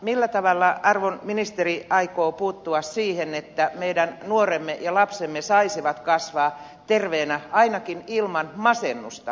millä tavalla arvon ministeri aikoo puuttua siihen että meidän nuoremme ja lapsemme saisivat kasvaa terveinä ainakin ilman masennusta aikuisiksi ihmisiksi